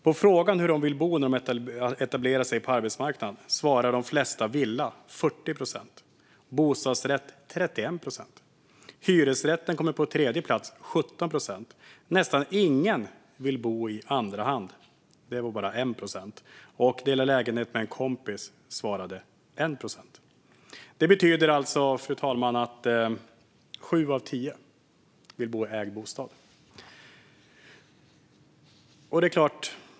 På frågan hur de vill bo när de etablerar sig på arbetsmarknaden svarar de flesta, 40 procent, att de vill bo i villa. 31 procent vill bo i bostadsrätt. Hyresrätten kommer på tredje plats med 17 procent. Nästan ingen vill bo i andra hand. Det vill bara 1 procent göra. Och 1 procent svarar att de vill dela lägenhet med en kompis. Fru talman! Det betyder att sju av tio vill äga sin bostad.